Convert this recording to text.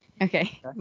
Okay